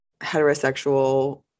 heterosexual